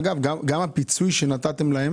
אגב, גם הפיצוי שנתתם להם